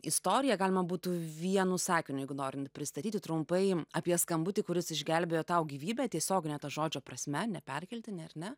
istoriją galima būtų vienu sakiniu jeigu noriun pristatyti trumpai apie skambutį kuris išgelbėjo tau gyvybę tiesiogine to žodžio prasme ne perkeltine ar ne